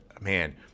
man